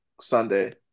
Sunday